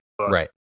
Right